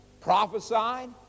prophesied